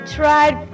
tried